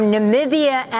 Namibia